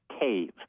cave